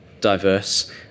diverse